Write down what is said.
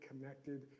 connected